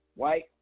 White